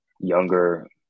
younger